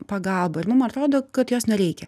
pagalba ir nu man atrodo kad jos nereikia